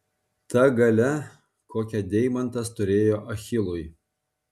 ta galia kokią deimantas turėjo achilui